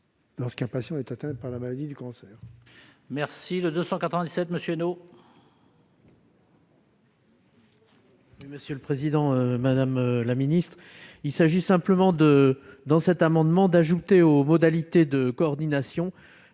lorsqu'un patient est atteint par la maladie du cancer.